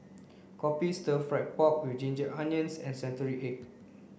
kopi stir fried pork with ginger onions and century egg